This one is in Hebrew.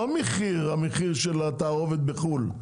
ולא מהמחיר של התערובת בחו"ל.